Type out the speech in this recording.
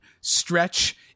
stretch